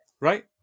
right